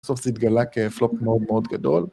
בסוף זה התגלה כפלופ מאוד מאוד גדול